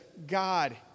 God